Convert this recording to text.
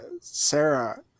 Sarah